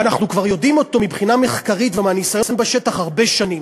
ואנחנו כבר יודעים אותו מבחינה מחקרית ומהניסיון בשטח הרבה שנים,